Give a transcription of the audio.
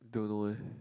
don't know eh